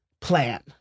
plan